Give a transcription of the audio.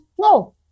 No